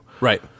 Right